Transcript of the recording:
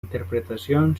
interpretación